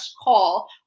call